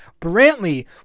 Brantley